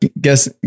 Guess